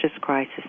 crisis